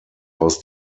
aus